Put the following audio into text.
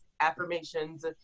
affirmations